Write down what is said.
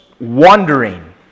wandering